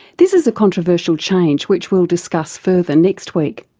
this is a controversial change, which we'll discuss further next week.